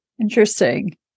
Interesting